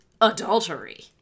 adultery